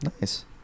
Nice